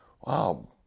wow